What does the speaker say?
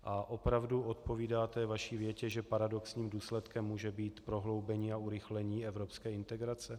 A opravdu odpovídá té vaší větě, že paradoxním důsledkem může být prohloubení a urychlení evropské integrace?